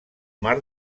mar